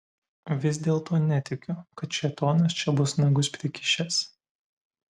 vis dėlto netikiu kad šėtonas čia bus nagus prikišęs